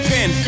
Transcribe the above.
Pin